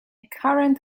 current